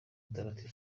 mutagatifu